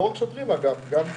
לא רק שוטרים, אגב, אלא גם תביעה.